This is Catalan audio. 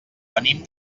venim